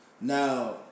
Now